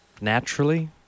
Naturally